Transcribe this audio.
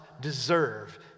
deserve